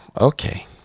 okay